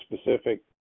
specific